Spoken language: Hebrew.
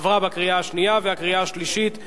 עברה בקריאה השנייה ובקריאה השלישית.